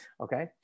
okay